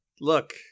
look